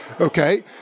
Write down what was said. okay